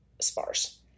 sparse